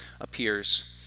appears